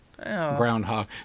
groundhog